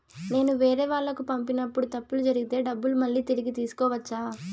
నేను వేరేవాళ్లకు పంపినప్పుడు తప్పులు జరిగితే డబ్బులు మళ్ళీ తిరిగి తీసుకోవచ్చా?